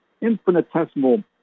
infinitesimal